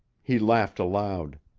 he laughed aloud.